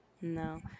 No